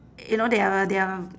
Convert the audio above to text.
you know they are they are